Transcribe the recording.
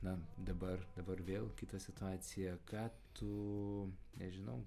na dabar dabar vėl kita situacija ką tu nežinau